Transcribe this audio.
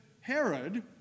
Herod